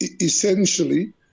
essentially